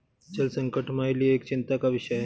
जल संकट हमारे लिए एक चिंता का विषय है